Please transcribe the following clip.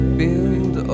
build